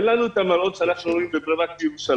אין לנו את המראות שאנחנו רואים בבני ברק ובירושלים.